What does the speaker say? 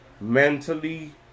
mentally